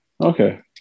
Okay